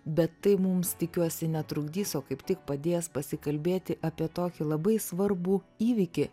bet tai mums tikiuosi netrukdys o kaip tik padės pasikalbėti apie tokį labai svarbų įvykį